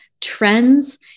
trends